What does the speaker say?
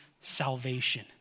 salvation